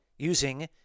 Using